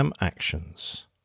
actions